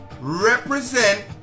represent